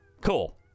Cool